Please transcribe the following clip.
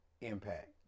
Impact